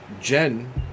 Jen